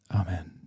amen